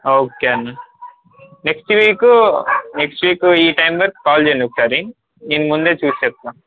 okay అన్న next week next week ఈ time వరకు కాల్ చేయండి ఒకసారి నేను ముందే చూసి చెప్తాను